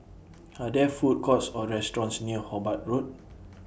Are There Food Courts Or restaurants near Hobart Road